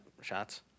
shots